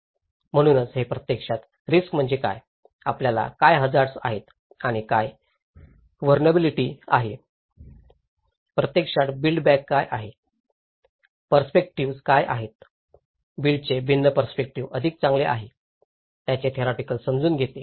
म्हणूनच हे प्रत्यक्षात रिस्क म्हणजे काय आपल्याला काय हझार्ड आहे आणि काय वनराबिलिटी आहे आणि प्रत्यक्षात बिल्ड बॅक काय आहे पर्पेस्कटिव्स काय आहे बिल्डचे भिन्न पर्पेस्कटिव्स अधिक चांगले आहे याची थेरिओटिकेल समजूत देते